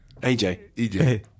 Aj